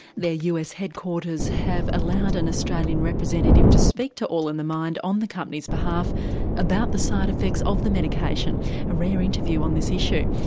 their us headquarters have allowed an australian representative to speak to all in the mind on the company's behalf about the side effects of the medication a rare interview on this issue.